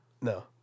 No